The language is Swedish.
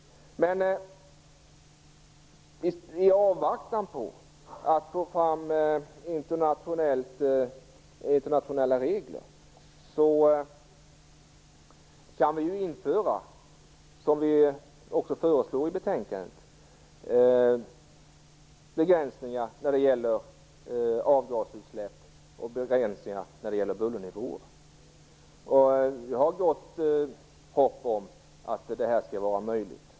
Men i avvaktan på internationella regler kan vi ju, som vi också föreslår i betänkandet, införa begränsningar av avgasutsläpp och begränsningar när det gäller bullernivåer. Jag har gott hopp om att detta skall vara möjligt.